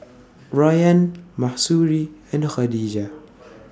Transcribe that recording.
Rayyan Mahsuri and Khadija